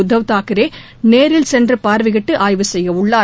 உத்தவ் தாக்கரே நேரில் சென்று பார்வையிட்டுஆய்வு செய்யஉள்ளார்